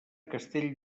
castell